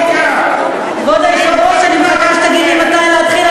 כבוד היושב-ראש, אני מבקשת שתגיד לי מתי להתחיל.